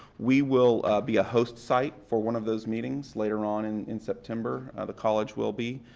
we will be a host site for one of those meetings later on and in september, the college will be.